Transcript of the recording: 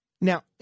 Now